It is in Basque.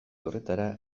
horretara